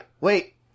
wait